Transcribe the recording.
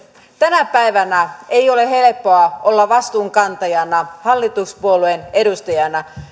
tänä päivänä ei ole helppoa olla vastuunkantajana hallituspuolueen edustajana